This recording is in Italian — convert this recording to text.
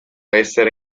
essere